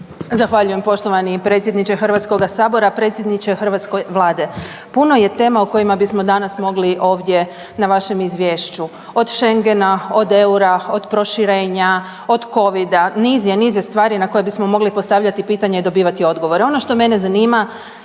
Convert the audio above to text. Zahvaljujem poštovani predsjedniče HS, predsjedniče hrvatske vlade. Puno je tema o kojima bismo danas mogli ovdje na vašem izvješću, od šengena, od EUR-a, od proširenja, od covida, niz je niz je stvari na koje bismo mogli postavljati pitanje i dobivati odgovore. Ono što mene zanima